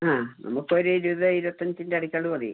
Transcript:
ആ നമുക്കൊരു ഇരുപത് ഇരുപത്തഞ്ചിൻ്റെ ഇടയ്ക്കുള്ളത് മതി